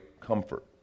comfort